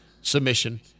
submission